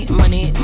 money